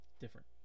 different